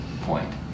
point